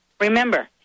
remember